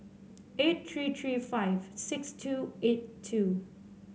eight three three five six two eight two